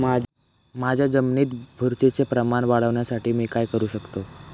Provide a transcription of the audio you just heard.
माझ्या जमिनीत बुरशीचे प्रमाण वाढवण्यासाठी मी काय करू शकतो?